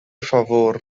favor